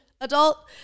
adult